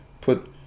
put